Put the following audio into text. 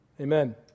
Amen